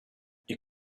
you